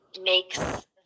makes